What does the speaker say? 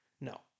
No